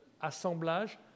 assemblage